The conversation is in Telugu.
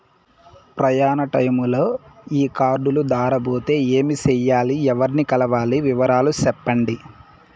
ప్రయాణ టైములో ఈ కార్డులు దారబోతే ఏమి సెయ్యాలి? ఎవర్ని కలవాలి? వివరాలు సెప్పండి?